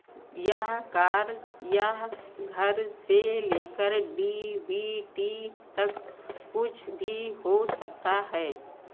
यह कार यह घर से लेकर डी बी टी तक कुछ भी हो सकता है